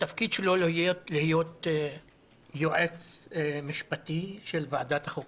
התפקיד שלו להיות יועץ משפטי של ועדת החוקה,